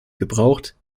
gebraucht